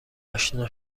اشنا